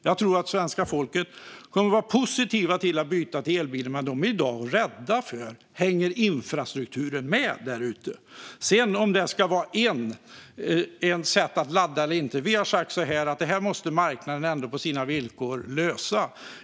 Jag tror att svenska folket kommer att vara positiva till att byta till elbilar, men de är i dag rädda för att infrastrukturen inte ska hänga med. När det sedan gäller om det ska finnas ett sätt att ladda eller inte har vi sagt att marknaden måste lösa detta på sina villkor.